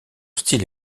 style